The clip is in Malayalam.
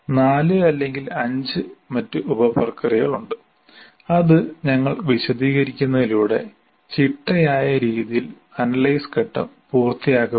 4 അല്ലെങ്കിൽ 5 മറ്റ് ഉപ പ്രക്രിയകളുണ്ട് അത് ഞങ്ങൾ വിശദീകരിക്കുന്നതിലൂടെ ചിട്ടയായ രീതിയിൽ അനലൈസ് ഘട്ടം പൂർത്തിയാക്കപ്പെടുന്നു